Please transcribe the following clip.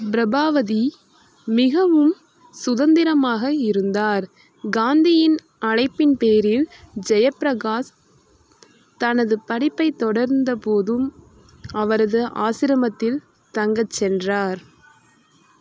பிரபாவதி மிகவும் சுதந்திரமாக இருந்தார் காந்தியின் அழைப்பின்பேரில் ஜெயப்பிரகாஷ் தனது படிப்பைத் தொடர்ந்தபோதும் அவரது ஆசிரமத்தில் தங்கச் சென்றார்